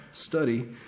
study